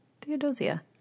Theodosia